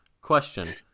Question